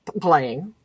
playing